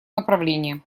направление